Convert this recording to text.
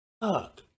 fuck